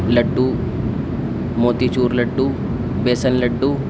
لڈو moti choor laddoo besan لڈو